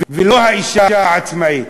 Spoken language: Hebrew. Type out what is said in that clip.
ולא האישה העצמאית,